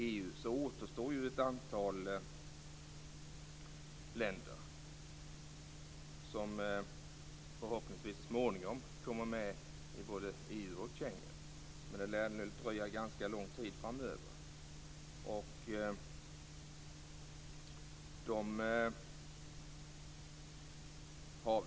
Det återstår ett antal länder som förhoppningsvis så småningom kommer med i både EU och Schengen, men det lär dröja ganska lång tid framöver.